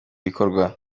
bikorwa